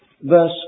verse